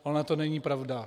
Ona to není pravda.